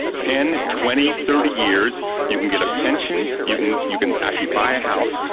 ten, twenty, thirty years. you can get a pension, you can you can actually buy a house,